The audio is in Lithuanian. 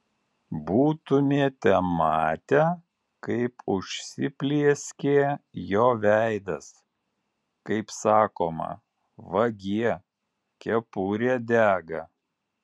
būtumėte matę kaip užsiplieskė jo veidas kaip sakoma vagie kepurė dega